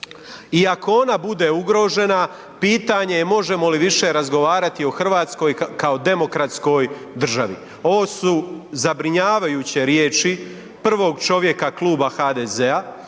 ako ona bude ugrožena pitanje je možemo li više razgovarati o Hrvatskoj kao demokratskoj državi. Ovo su zabrinjavajuće riječi prvog čovjeka kluba HDZ-a.